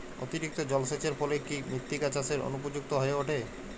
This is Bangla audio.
অতিরিক্ত জলসেচের ফলে কি মৃত্তিকা চাষের অনুপযুক্ত হয়ে ওঠে?